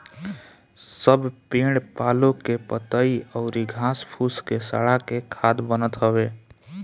सब पेड़ पालो के पतइ अउरी घास फूस के सड़ा के खाद बनत हवे